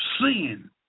Sin